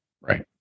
Right